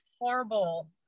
Horrible